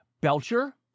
Belcher